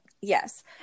Yes